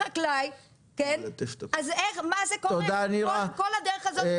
למה לא בדקתם מה קורה בכל הדרך הזאת?